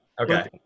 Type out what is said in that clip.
okay